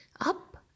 Up